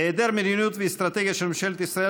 היעדר מדיניות ואסטרטגיה של ממשלת ישראל